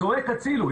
צועק הצילו,